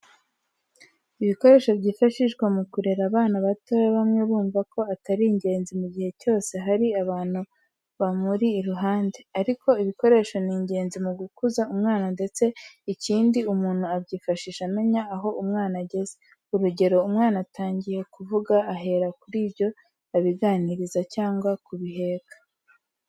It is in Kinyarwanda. Ibikoresho byifashishwa mu kurera abana batoya bamwe bumva ko atari ingenzi mu gihe cyose hari abantu bamuri iruhande, ariko ibikoresho ni ingenzi mu gukuza umwana ndetse ikindi umuntu abyifashisha amenya aho umwana ageze. Urugero umwana atangiye kuvuga, ahera kuri byo abiganiriza cyangwa kubiheka.